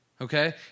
Okay